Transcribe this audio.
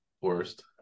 worst